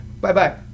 Bye-bye